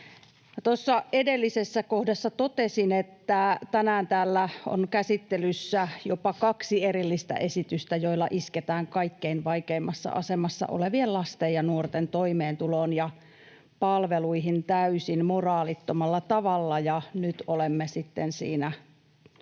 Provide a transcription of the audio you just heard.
Tuossa edellisessä kohdassa totesin, että tänään täällä on käsittelyssä jopa kaksi erillistä esitystä, joilla isketään kaikkein vaikeimmassa asemassa olevien lasten ja nuorten toimeentuloon ja palveluihin täysin moraalittomalla tavalla, ja nyt olemme sitten siinä toisessa